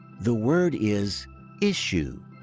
the word is issue,